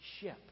ship